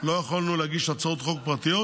לא יכולנו להגיש הצעות חוק פרטיות.